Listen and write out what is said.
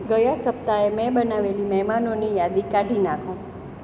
ગયા સપ્તાહે મેં બનાવેલી મહેમાનોની યાદી કાઢી નાખો